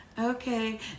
okay